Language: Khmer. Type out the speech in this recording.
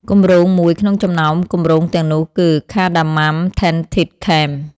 គម្រោងមួយក្នុងចំណោមគម្រោងទាំងនោះគឺ Cardamom Tented Camp។